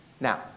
Now